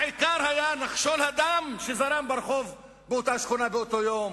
העיקר היה נחשול הדם שזרם ברחוב באותה שכונה באותו יום.